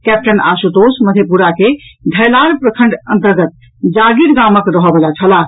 captain Ashutosh Madhepura के धैलाढ़ प्रखंड अंतर्गत जागीर गामक रहऽवला छलाह